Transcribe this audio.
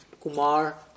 Kumar